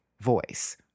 voice